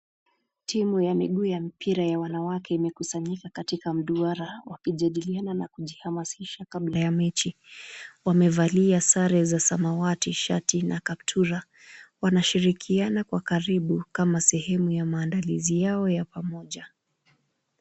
Timu ya miguu ya mpira ya wanawake imekusanyika katika mduara wakijadiliana na kujihamasisha kabla ya mechi. Wamevalia sare za samawati, shati na kaptura. Wanashirikiana kwa karibu kama sehemu ya maandalizi yao ya pamoja.